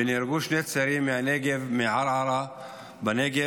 ונהרגו שני צעירים מהנגב, מערערה בנגב,